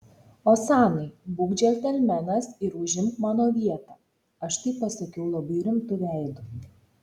osanai būk džentelmenas ir užimk mano vietą aš tai pasakiau labai rimtu veidu